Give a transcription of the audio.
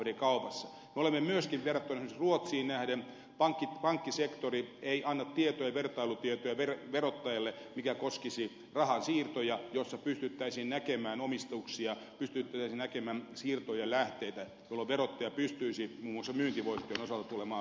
meillä on myöskin verrattuna esimerkiksi ruotsiin pankkisektori joka ei anna verottajalle vertailutietoja jotka koskisivat rahansiirtoja joista pystyttäisiin näkemään omistuksia pystyttäisiin näkemään siirtojen lähteitä jolloin verottaja pystyisi muun muassa myyntivoittojen osalta tulemaan väliin